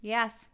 Yes